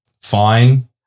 fine